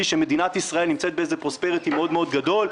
שמדינת ישראל נמצאת באיזה פרוספריטי מאוד גדול,